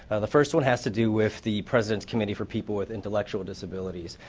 ah the first one has to do with the president's committee for people with intellectual disabilities.